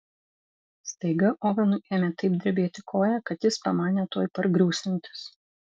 staiga ovenui ėmė taip drebėti koja kad jis pamanė tuoj pargriūsiantis